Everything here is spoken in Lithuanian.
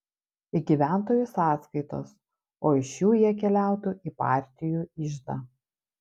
į gyventojų sąskaitas o iš šių jie keliautų į partijų iždą